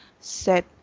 set